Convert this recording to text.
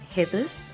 Heather's